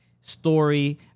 story